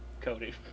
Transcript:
Cody